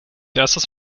erstes